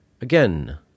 Again